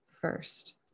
first